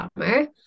summer